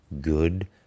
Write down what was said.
good